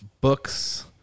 books